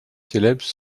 célèbres